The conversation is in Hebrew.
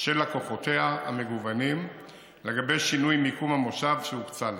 של לקוחותיה המגוונים לגבי שינוי מיקום המושב שהוקצה להם.